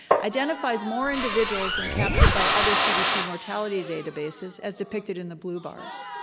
identifies more individuals and captured by other cdc mortality databases, as depicted in the blue bars.